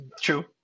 True